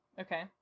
Okay